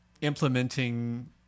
implementing